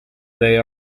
they